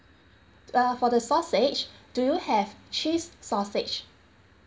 uh for the sausage do you have cheese sausage